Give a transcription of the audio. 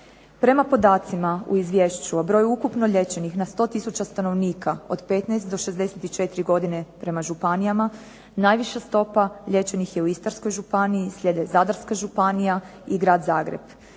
Prema podacima u Izvješću o broju ukupno liječenih na 100000 stanovnika od 15 do 64 godine prema županijama najviša stopa liječenih je u Istarskoj županiji, slijede Zadarska županija i grad Zagreb.